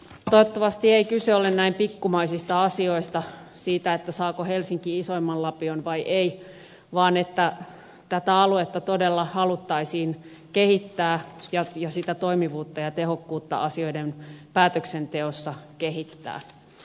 toivottavasti ei kyse ole näin pikkumaisista asioista siitä saako helsinki isoimman lapion vai ei vaan siitä että tätä aluetta todella haluttaisiin kehittää ja sitä toimivuutta ja tehokkuutta asioiden päätöksenteossa kehittää